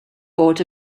bought